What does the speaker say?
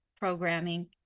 programming